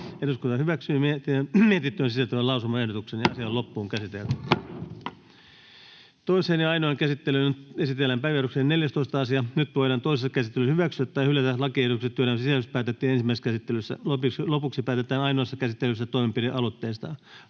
eräiden siihen liittyvien lakien muuttamisesta Time: N/A Content: Toiseen käsittelyyn ja ainoaan käsittelyyn esitellään päiväjärjestyksen 14. asia. Nyt voidaan toisessa käsittelyssä hyväksyä tai hylätä lakiehdotukset, joiden sisällöstä päätettiin ensimmäisessä käsittelyssä. Lopuksi päätetään ainoassa käsittelyssä toimenpidealoitteista.